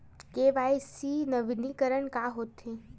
KYC नवीनीकरण का होथे?